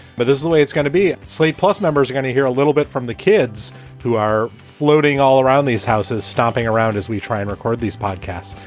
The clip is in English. but this is the way it's gonna be. slate plus members are gonna hear a little bit from the kids who are floating all around these houses, stomping around as we try and record these podcasts.